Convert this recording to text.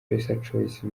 pesachoice